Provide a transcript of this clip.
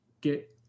get